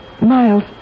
Miles